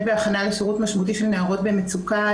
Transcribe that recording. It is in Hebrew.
בהכנה לשירות משמעותי של נערות במצוקה,